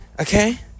Okay